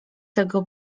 tego